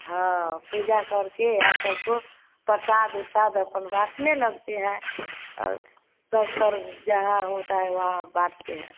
हाँ पूजा करके और सबको प्रसाद उरसाद अपन बाँटने लगते है और सब तरफ जहाँ होता है वहाँ बाँटते हैं